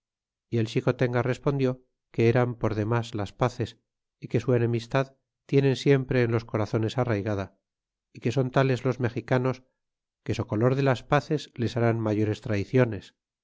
y el xicotenga respondió que eran por demas las pazes y que su enemistad tienen siempre en los corazones arraigada y que son tales los mexicanos que socolor de las pazes les harán mayores traiciones